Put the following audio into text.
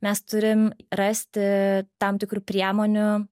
mes turim rasti tam tikrų priemonių